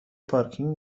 پارکینگ